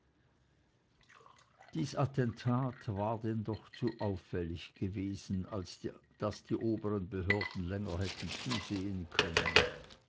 dies attentat war denn doch zu auffällig gewesen als daß die oberen behörden länger hätten zusehen können